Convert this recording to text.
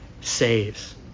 saves